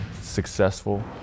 successful